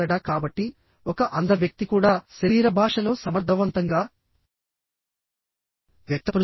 కాబట్టి ఒక అంధ వ్యక్తి కూడా శరీర భాషలో సమర్థవంతంగా వ్యక్తపరుస్తాడు